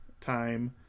time